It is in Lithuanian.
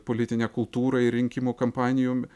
politinę kultūrą ir rinkimų kampanijų